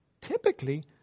typically